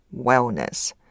wellness